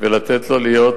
ולתת לו להיות